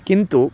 किन्तु